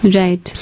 right